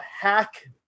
hack